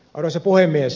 arvoisa puhemies